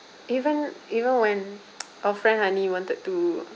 even even when our friend hani wanted to